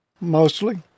Mostly